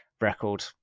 record